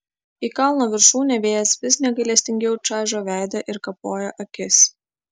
į kalno viršūnę vėjas vis negailestingiau čaižo veidą ir kapoja akis